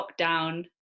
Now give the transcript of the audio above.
lockdown